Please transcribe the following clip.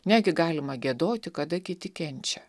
negi galima giedoti kada kiti kenčia